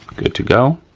good to go.